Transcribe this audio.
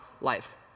life